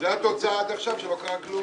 התוצאה היא שעד עכשיו לא קרה כלום.